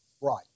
Right